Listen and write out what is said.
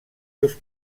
seus